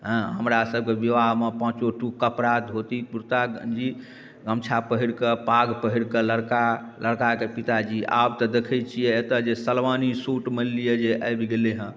हँ हमरा सबके बिवाहमे पाँचो टुक कपड़ा धोती कुरता गञ्जी गमछा पहिर कऽ पाग पहिर कऽ लड़का लड़का कऽ पिताजी आब तऽ देखै छियै एतऽ जे सलमानी सूट मानि लिऽ जे आबि गेलै हँ